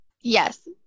Yes